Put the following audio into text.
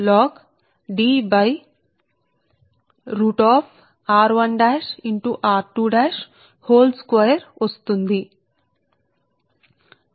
4605 log D square root of r1 r2 మొత్తం square కి సమానం